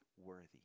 worthy